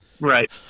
Right